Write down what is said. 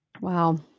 Wow